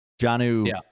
Janu